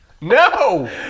No